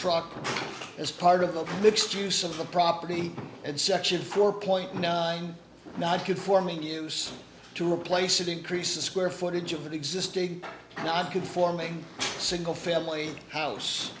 truck as part of the mixed use of the property and section four point nine non conforming use to replace it increase the square footage of an existing non conforming single family house